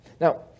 Now